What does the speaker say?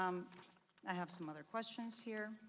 um i have some other questions here.